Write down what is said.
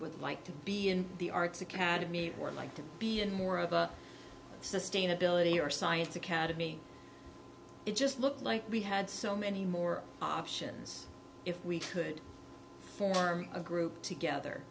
with like to be in the arts academy or like to be in more of a sustainability or science academy it just looked like we had so many more options if we could form a group together